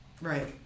Right